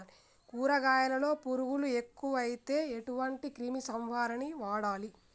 కూరగాయలలో పురుగులు ఎక్కువైతే ఎటువంటి క్రిమి సంహారిణి వాడాలి?